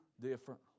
different